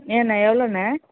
ஏண்ணே எவ்வளோண்ண